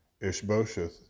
Ishbosheth